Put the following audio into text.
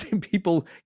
people